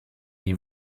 die